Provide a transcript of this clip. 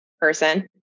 person